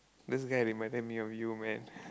this guy reminded me of you man